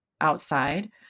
outside